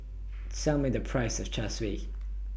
Tell Me The Price of Char Siu